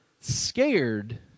scared